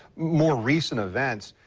more recent events,